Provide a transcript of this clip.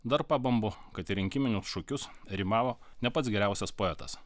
dar pabambu kad rinkiminius šūkius rimavo ne pats geriausias poetas